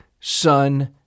Son